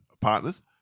partners